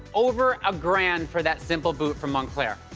over a grand for that simple boot from moncler,